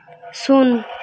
ᱥᱩᱱ